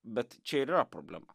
bet čia ir yra problema